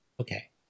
okay